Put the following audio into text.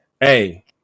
Hey